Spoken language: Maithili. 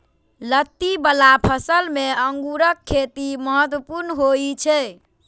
लत्ती बला फसल मे अंगूरक खेती महत्वपूर्ण होइ छै